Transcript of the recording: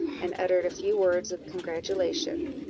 and uttered a few words of congratulation,